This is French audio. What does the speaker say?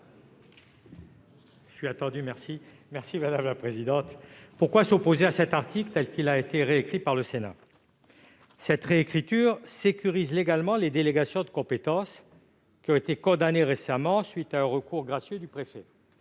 : La parole est à M. Guy Benarroche. Pourquoi s'opposer à cet article tel qu'il a été réécrit par le Sénat ? Cette réécriture sécurise légalement les délégations de compétences qui ont été condamnées récemment à la suite d'un recours gracieux du préfet.